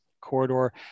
corridor